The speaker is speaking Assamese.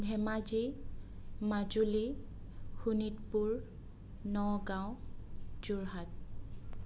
ধেমাজি মাজুলী শোণিতপুৰ নগাঁও যোৰহাট